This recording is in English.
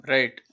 Right